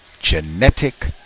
genetic